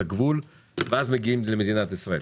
מתארת לעצמי,